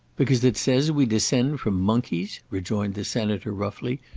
because it says we descend from monkeys? rejoined the senator, roughly.